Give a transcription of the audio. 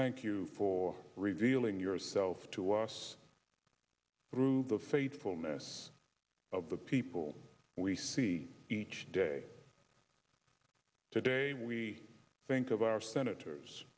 thank you for revealing yourself to us through the faithfulness of the people we see each day to day we think of our senators